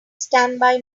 standby